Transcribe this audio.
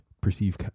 perceive